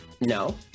no